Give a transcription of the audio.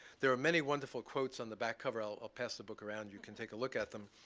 there are many wonderful quotes on the back cover. i'll ah pass the book around. you can take a look at them.